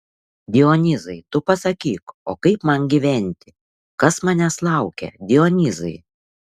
dionyzai tu pasakyk o kaip man gyventi kas manęs laukia dionyzai